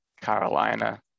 Carolina